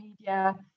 media